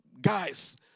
guys